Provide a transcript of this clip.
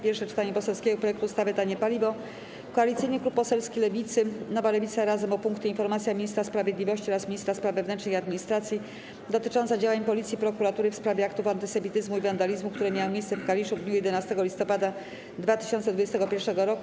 Pierwsze czytanie poselskiego projektu ustawy Tanie paliwo; - Koalicyjny Klub Poselski Lewicy (Nowa Lewica, Razem) o punkty: - Informacja Ministra Sprawiedliwości oraz Ministra Spraw Wewnętrznych i Administracji dotycząca działań Policji i Prokuratury w sprawie aktów antysemityzmu i wandalizmu, które miały miejsce w Kaliszu w dniu 11 listopada 2021 roku,